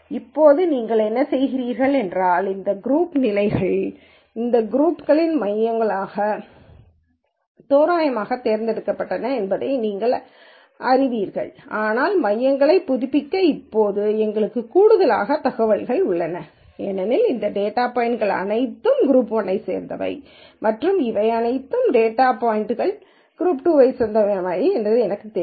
இப்போது நீங்கள் என்ன செய்கிறீர்கள் என்றால் இந்த குரூப் நிலைகள் இந்த குரூப்ஸ் களின் மையங்கள் ஆக தோராயமாக தேர்ந்தெடுக்கப்பட்டன என்பதை நீங்கள் அறிவீர்கள் ஆனால் மையங்களை புதுப்பிக்க இப்போது எங்களுக்கு கூடுதல் தகவல்கள் உள்ளன ஏனெனில் இந்த டேட்டா பாய்ன்ட்கள் அனைத்தும் குரூப் 1 ஐ சேர்ந்தவை மற்றும் இவை அனைத்தும் டேட்டா பாய்ன்ட்கள் குரூப் 2 க்கு சொந்தமானவை என்று எனக்குத் தெரியும்